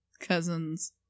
cousins